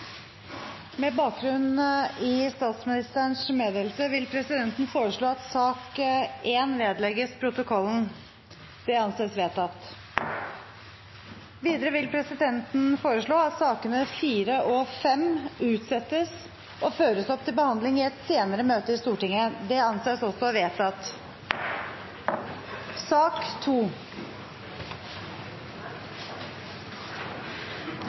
Med bakgrunn i statsministerens meddelelse vil presidenten foreslå at sak nr. 1 vedlegges protokollen. – Det anses vedtatt. Videre vil presidenten foreslå at sakene nr. 4 og 5 utsettes og føres opp til behandling i et senere møte i Stortinget. – Det anses også vedtatt.